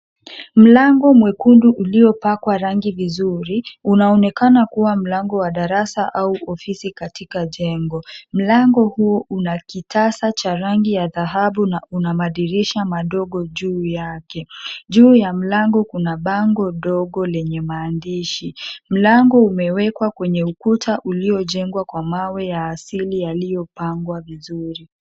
Mlango mwekundu uliopakwa rangi vizuri unaonekana kuwa mlango wa darasa au ofisi katika jengo. Mlango huo una kitasa cha rangi ya dhahabu na una madirisha madogo juu yake. Juu ya mlango kuna bango ndogo lenye maandishi. Mlango umewekwa kwenye ukuta uliojengwa kwa mawe ya asili yaliyopangwa vizuri.